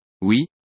Oui